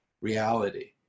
reality